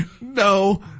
No